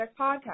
Podcast